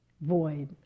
Void